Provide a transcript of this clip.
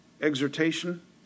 exhortation